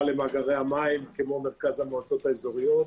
למאגרי המים כמו מרכז המועצות האזוריות.